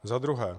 Za druhé.